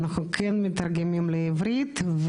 אנחנו כן מתרגמים לעברית,